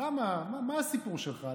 מה הסיפור שלך?